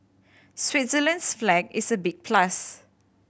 Switzerland's flag is a big plus